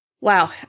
Wow